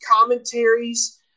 commentaries